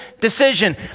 decision—